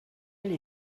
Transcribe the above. elle